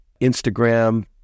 instagram